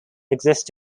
exist